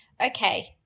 Okay